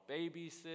babysit